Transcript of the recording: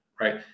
right